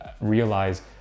realize